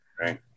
Right